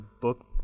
Book